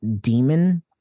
demon